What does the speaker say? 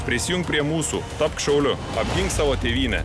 prisijunk prie mūsų tapk šauliu apgink savo tėvynę